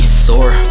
sore